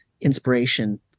inspiration